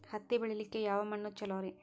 ಹತ್ತಿ ಬೆಳಿಲಿಕ್ಕೆ ಯಾವ ಮಣ್ಣು ಚಲೋರಿ?